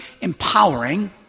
empowering